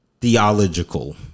theological